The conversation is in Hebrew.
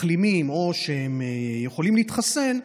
מחלימים או שיכולים להתחסן,